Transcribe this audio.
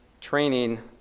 training